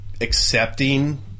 accepting